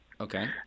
Okay